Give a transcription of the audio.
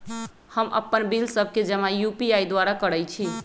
हम अप्पन बिल सभ के जमा यू.पी.आई द्वारा करइ छी